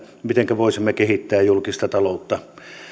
mitenkä voisimme kehittää julkista taloutta